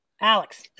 Alex